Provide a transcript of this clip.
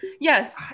yes